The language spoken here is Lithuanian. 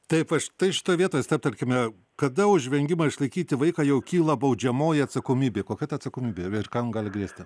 taip aš tai šitoj vietoj stabtelkime kada už vengimą išlaikyti vaiką jau kyla baudžiamoji atsakomybė kokia ta atsakomybė ir kam gali grėsti